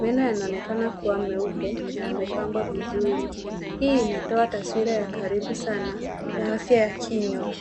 Meno yanaonekana kuwa meupe na yamepangwa vizuri. Hii inatoa taswira ya karibu sana ya afya ya kinywa.